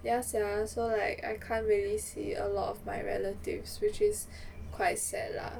ya sia so like I can't really see a lot of my relatives which is quite sad lah